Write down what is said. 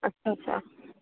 अच्छा अच्छा